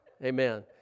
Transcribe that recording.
Amen